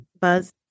buzz